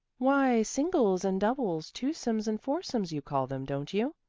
why, singles and doubles twosomes and foursomes you call them, don't you?